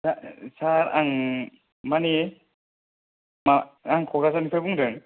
सार दा आं मानि आं क'क्राझारनिफ्राय बुंदों